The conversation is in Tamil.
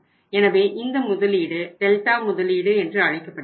எனவே இந்த முதலீடு டெல்டா முதலீடு என்று அழைக்கப்படுகிறது